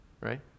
right